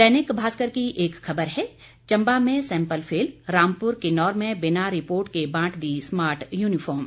दैनिक भास्कर की एक खबर है चंबा में सेंपल फेल रामपुर किन्नौर में बिना रिपोर्ट के बांट दी स्मार्ट यूनिफॉर्म